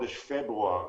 בחודש פברואר